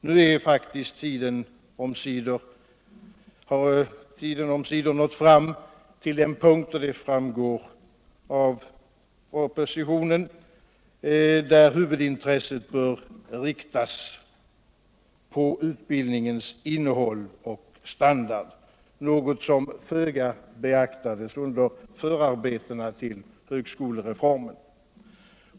Nu har faktiskt tiden omsider nått fram till den punkt — detta framgår av propositionen — där huvudintresset bör riktas på utbildningens innehåll och standard, något som föga beaktades under förarbetena till högskolereformen.